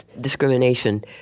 discrimination